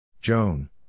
Joan